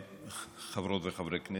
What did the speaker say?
חברות וחברי הכנסת,